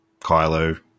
Kylo